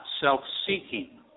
self-seeking